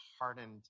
hardened